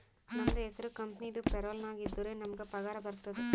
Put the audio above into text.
ನಮ್ದು ಹೆಸುರ್ ಕಂಪೆನಿದು ಪೇರೋಲ್ ನಾಗ್ ಇದ್ದುರೆ ನಮುಗ್ ಪಗಾರ ಬರ್ತುದ್